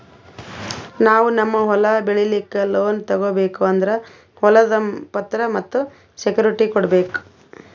ನಾವ್ ನಮ್ ಹೊಲ ಬೆಳಿಲಿಕ್ಕ್ ಲೋನ್ ತಗೋಬೇಕ್ ಅಂದ್ರ ಹೊಲದ್ ಪತ್ರ ಮತ್ತ್ ಸೆಕ್ಯೂರಿಟಿ ಕೊಡ್ಬೇಕ್